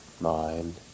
mind